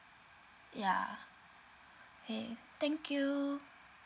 yeah okay thank you